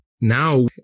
now